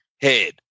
head